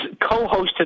co-hosted